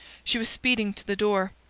she was speeding to the door.